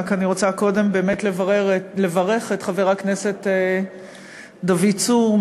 אני רק רוצה קודם באמת לברך את חבר הכנסת דוד צור,